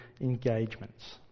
engagements